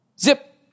Zip